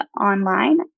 online